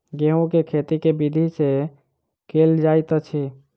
गेंहूँ केँ खेती केँ विधि सँ केल जाइत अछि?